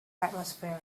atmosphere